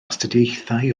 astudiaethau